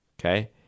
Okay